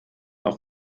auf